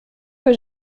que